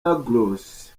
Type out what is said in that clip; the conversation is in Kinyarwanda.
ruggles